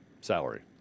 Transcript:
salary